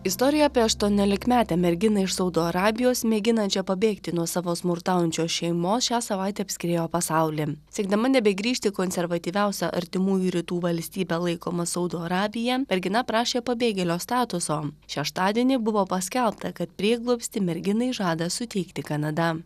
istorija apie aštuoniolikmetę merginą iš saudo arabijos mėginančią pabėgti nuo savo smurtaujančios šeimos šią savaitę apskriejo pasaulį siekdama nebegrįžti į konservatyviausia artimųjų rytų valstybe laikomą saudo arabiją mergina prašė pabėgėlio statuso šeštadienį buvo paskelbta kad prieglobstį merginai žada suteikti kanada